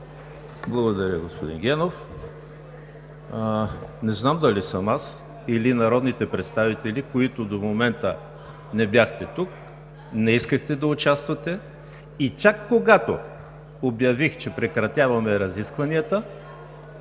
Благодаря, господин Генов. Не знам дали съм аз, или народните представители, които до момента не бяхте тук. Не искахте да участвате и чак когато обявих, че прекратяваме разискванията,